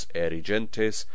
erigentes